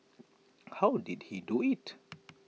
how did he do IT